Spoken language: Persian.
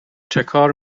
چکار